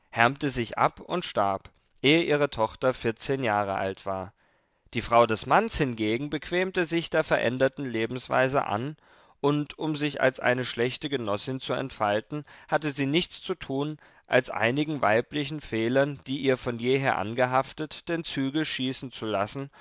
härmte sich ab und starb ehe ihre tochter vierzehn jahre alt war die frau des manz hingegen bequemte sich der veränderten lebensweise an und um sich als eine schlechte genossin zu entfalten hatte sie nichts zu tun als einigen weiblichen fehlern die ihr von jeher angehaftet den zügel schießen zu lassen